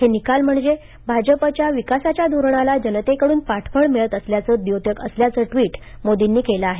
हे निकाल म्हणजे भाजपच्या विकासाच्या धोरणाला जनतेकडून पाठबळ मिळत असल्याचे द्योतक असल्याचं ट्वीट मोदींनी केलं आहे